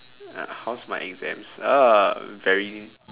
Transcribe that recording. uh how's my exams oh very